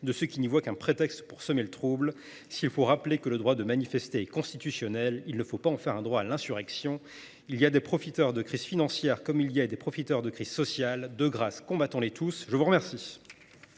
de ceux qui n’y voient qu’un prétexte pour semer le trouble. S’il faut rappeler que le droit de manifester est constitutionnel, il ne faut pas en faire un droit à l’insurrection. Il y a des profiteurs de crises financières comme il y a des profiteurs de crises sociales : de grâce, combattons les tous ! La parole